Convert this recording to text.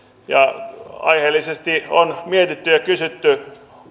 ja aiheellisesti on mietitty ja kysytty